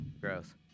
Gross